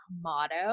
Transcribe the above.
motto